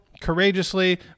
courageously